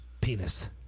penis